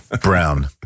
brown